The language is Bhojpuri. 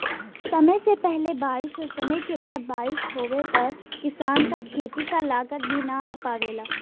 समय से पहिले बारिस और समय के बाद बारिस होवे पर किसान क खेती क लागत भी न आ पावेला